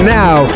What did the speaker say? now